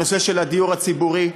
הנושא של הדיור הציבורי,